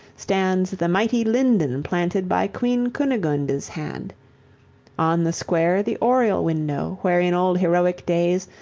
stands the mighty linden planted by queen cunigunde's hand on the square the oriel window, where in old heroic days,